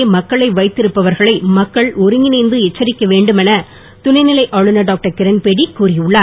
உரிமை மக்களை வைத்திருப்பவர்களை மக்கள் ஒருங்கிணைந்து எச்சரிக்க வேண்டும் என துணைநிலை ஆளுநர் டாக்டர் கிரண்பேடி கூறியுள்ளார்